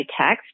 text